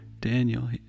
Daniel